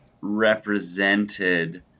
represented